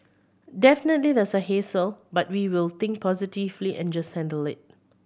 definitely there's a hassle but we will think positively and just handle it